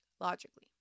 logically